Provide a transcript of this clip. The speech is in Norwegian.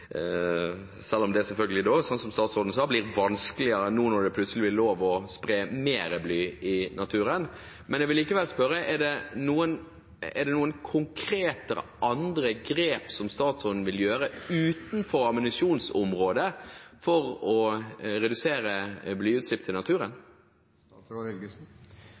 selv om det – som statsråden sa – selvfølgelig blir vanskeligere nå når det plutselig er lov å spre mer bly i naturen. Jeg vil likevel spørre: Er det noen konkrete, andre grep som statsråden vil gjøre – utenom ammunisjonsområdet – for å redusere blyutslipp i naturen?